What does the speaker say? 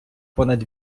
понад